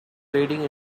leading